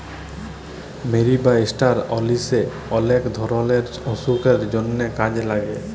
মরি বা ষ্টার অলিশে অলেক ধরলের অসুখের জন্হে কাজে লাগে